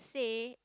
say